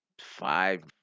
Five